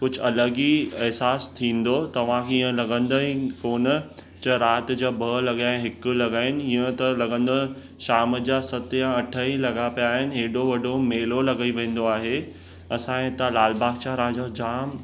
कुझु अलॻि ई अहसासु थींदो तव्हांखे इहो लॻंदो ई कोनि चाहे राति जा ॿ लॻा या हिकु लॻा आहिनि इहो त लॻंदो शाम जा सत या अठ ई लॻा पिया आहिनि हेॾो वॾो मेलो लॻी वेंदो आहे असां हितां लाल बाग जा राजो जाम